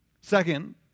Second